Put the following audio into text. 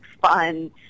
fun